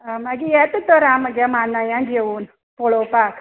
आ मागीर येत तर आ मगे मानाय घेवून पळोवपाक